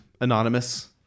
Anonymous